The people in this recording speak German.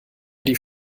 die